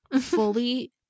fully